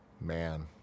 Man